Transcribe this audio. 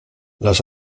las